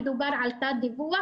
מדובר על תת דיווח,